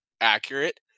accurate